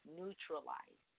neutralize